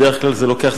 בדרך כלל זה לוקח,